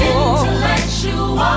intellectual